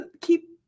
keep